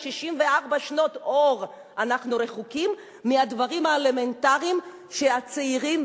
ב-64 שנות אור אנחנו רחוקים מהדברים האלמנטריים שהצעירים,